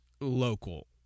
local